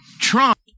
Trump